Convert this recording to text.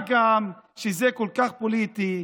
מה גם שזה כל כך פוליטי.